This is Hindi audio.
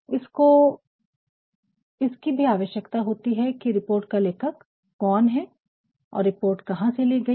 इसको इसकी भी आवश्यकता होती है की रिपोर्ट का लेखक कौन है और रिपोर्ट कहां लिखी गई है